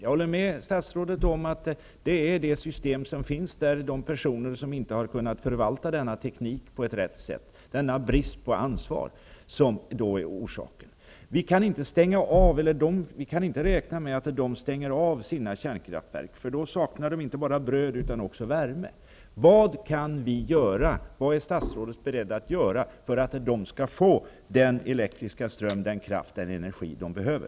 Jag håller med statsrådet om att det är det system och de personer som finns där som inte har kunnat förvalta denna teknik på rätt sätt -- det är denna brist på ansvar som är orsaken. Vi kan inte räkna med att de stänger av sina kärnkraftverk -- då saknar de inte bara bröd utan också värme. Vad är statsrådet beredd att göra för att de skall få den elektriska ström, den kraft, den energi de behöver?